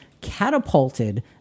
catapulted